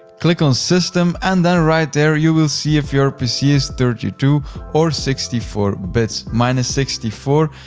click on system and then right there you will see if your pc is thirty two or sixty four bits. mine is sixty four,